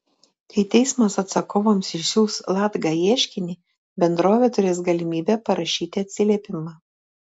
kai teismas atsakovams išsiųs latga ieškinį bendrovė turės galimybę parašyti atsiliepimą